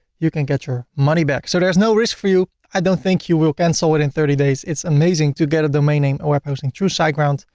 you can get your money back. so there's no risk for you. i don't think you will cancel within thirty days. it's amazing to get a domain name or web hosting through siteground.